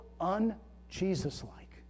un-Jesus-like